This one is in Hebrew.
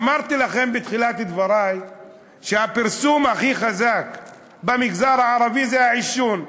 אמרתי לכם בתחילת דברי שהפרסום הכי חזק במגזר הערבי הוא לעישון.